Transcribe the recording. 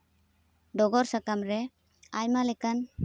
ᱰᱚᱜᱚᱨ ᱥᱟᱠᱟᱢ ᱨᱮ ᱟᱭᱢᱟ ᱞᱮᱠᱟᱱ